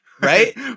right